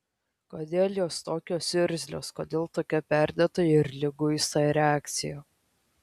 kodėl jos tokios irzlios kodėl tokia perdėta ir liguista reakcija